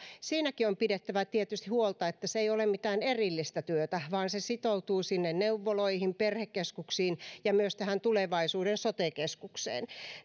siinäkin on pidettävä tietysti huolta että se ei ole mitään erillistä työtä vaan se sitoutuu sinne neuvoloihin perhekeskuksiin ja myös tähän tulevaisuuden sote keskukseen